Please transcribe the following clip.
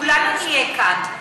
כולנו נהיה כאן,